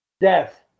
Death